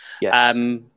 Yes